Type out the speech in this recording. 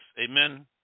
amen